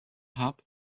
hub